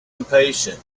impatient